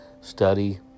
study